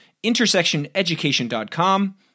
intersectioneducation.com